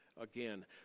Again